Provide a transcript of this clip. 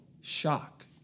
shock